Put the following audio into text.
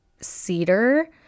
cedar